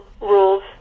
rules